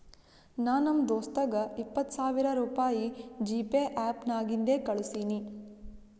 ನಾ ನಮ್ ದೋಸ್ತಗ ಇಪ್ಪತ್ ಸಾವಿರ ರುಪಾಯಿ ಜಿಪೇ ಆ್ಯಪ್ ನಾಗಿಂದೆ ಕಳುಸಿನಿ